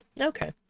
Okay